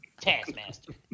Taskmaster